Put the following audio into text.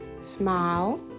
Smile